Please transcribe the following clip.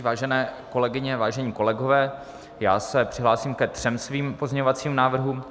Vážené kolegyně, vážení kolegové, já se přihlásím ke třem svým pozměňovacím návrhům.